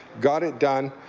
got it done,